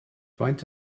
faint